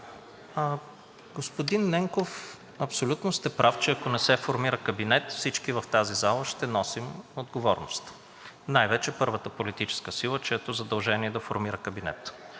Господин Ненков, абсолютно сте прав, че ако не се формира кабинет, всички в тази зала ще носим отговорност, най-вече първата политическа сила, чието задължение е да формира кабинет.